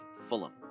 Fulham